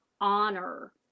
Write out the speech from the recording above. honor